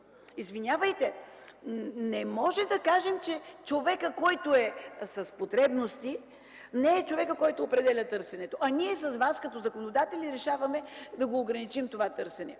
Извинявайте, не можем да кажем, че човекът, който е с потребности, не е човекът, който определя търсенето. А ние с вас като законодатели решаваме да ограничим това търсене.